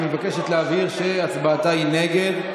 והיא מבקשת להבהיר שהצבעתה היא נגד,